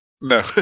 No